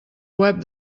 web